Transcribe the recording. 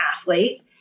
athlete